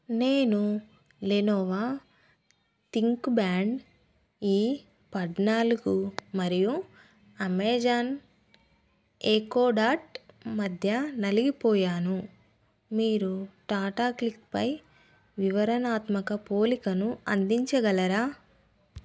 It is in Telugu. నేను లెనోవో థింక్ప్యాడ్ ఈ పద్నాలుగు మరియు అమెజాన్ ఎకో డాట్ మధ్య నలిగిపోయాను మీరు టాటా క్లిక్ పై వివరణాత్మక పోలికను అందించగలరా